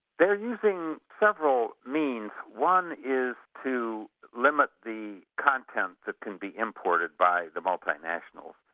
they're using several means. one is to limit the content that can be imported by the multinationals.